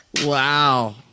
Wow